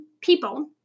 people